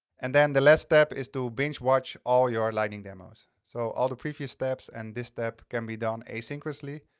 and then the last step is to binge watch all your lightening demos. so all the previous steps and this step can be done asynchronously.